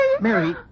Mary